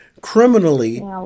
criminally